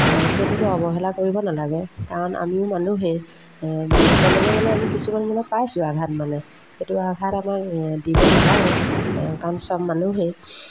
সেইটোতো অৱহেলা কৰিব নালাগে কাৰণ আমিও মানুহেই মানে তেনেকৈ মানে আমি কিছুমান মানে পাইছোঁ আঘাত মানে সেইটো আঘাত আমাৰ দিব নালাগে কাৰণ চব মানুহেই